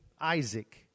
Isaac